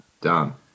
Done